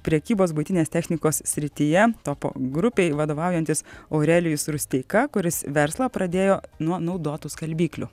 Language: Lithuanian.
prekybos buitinės technikos srityje topo grupei vadovaujantis aurelijus rusteika kuris verslą pradėjo nuo naudotų skalbyklių